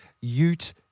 Ute